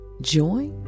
joy